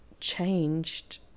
changed